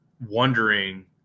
wondering